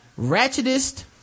Ratchetist